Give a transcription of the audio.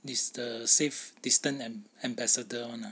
is the safe distance ambassador one ah